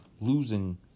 losing